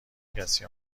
کسی